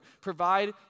Provide